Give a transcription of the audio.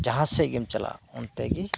ᱡᱟᱦᱟ ᱥᱮᱡ ᱜᱮᱢ ᱪᱟᱞᱟᱜ ᱚᱱᱛᱮ ᱜᱮ